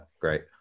great